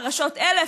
פרשות 1000,